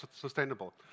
sustainable